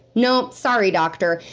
no, sorry doctor.